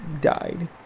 died